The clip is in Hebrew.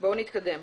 בואו נתקדם.